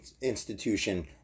institution